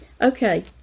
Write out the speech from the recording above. okay